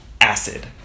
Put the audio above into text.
acid